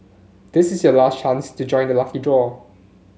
this is your last chance to join the lucky draw